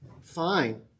fine